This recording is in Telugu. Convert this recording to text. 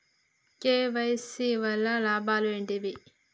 కే.వై.సీ వల్ల లాభాలు ఏంటివి?